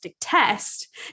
test